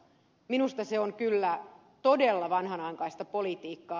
minusta se on kyllä todella vanhanaikaista politiikkaa